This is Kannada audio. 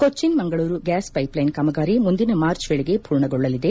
ಕೊಟ್ಟಿನ್ ಮಂಗಳೂರು ಗ್ಲಾಸ್ ಪೈಪ್ಲೈನ್ ಕಾಮಗಾರಿ ಮುಂದಿನ ಮಾರ್ಚ್ ವೇಳೆಗೆ ಪೂರ್ಣಗೊಳ್ಳಲಿದೆ